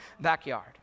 backyard